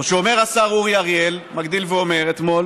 או שמגדיל ואומר אתמול